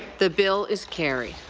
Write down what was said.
the bill is carried.